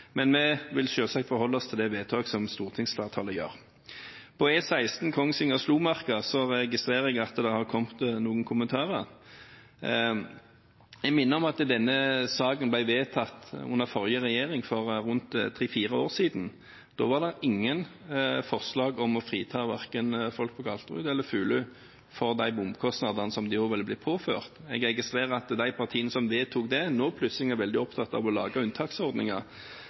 Men vi vil selvsagt forholde oss til det vedtaket som stortingsflertallet gjør. Jeg registrerer at det har kommet noen kommentarer om E16 Kongsvinger–Slomarka. Jeg vil minne om at denne saken ble vedtatt under den forrige regjeringen, for tre–fire år siden. Da var det ingen forslag om å frita folk verken på Galterud eller Fulu for de bomkostnadene som de ville blitt påført. Jeg registrerer at de partiene som vedtok det, nå plutselig er veldig opptatt av å lage